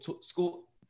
school –